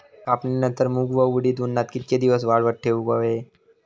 कापणीनंतर मूग व उडीद उन्हात कितके दिवस वाळवत ठेवूक व्हये?